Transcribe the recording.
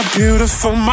beautiful